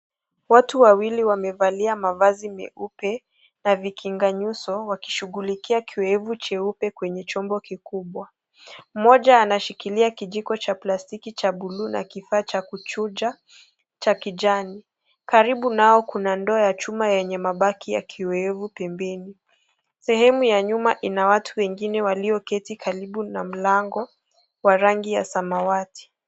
Watu wawili wamevalia mavazi meupe na vikinga nyuso wakishughulikia kiowevu jeupe kwenye chombo kikubwa, moja anashikilia kijiko cha plastiki cha buluu na kifaa cha kuchuja cha kijani , karibu nao kuna ndoo ya chuma chenye mabaki ya kiowevu pembeni, sehemu ya nyuma ina watu wengine walioketi karibu na mlango wa rangi ya samawati.